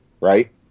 right